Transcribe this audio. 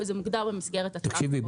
וזה מוגדר במסגרת הצעת החוק.